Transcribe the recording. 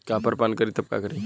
Copper पान करी तब का करी?